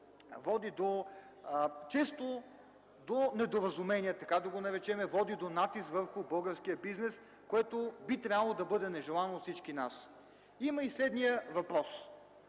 води често до недоразумения, така да го наречем, води до натиск върху българския бизнес, което би трябвало да бъде нежелано от всички нас. Другият въпрос